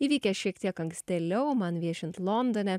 įvykęs šiek tiek ankstėliau man viešint londone